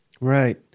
Right